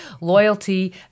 loyalty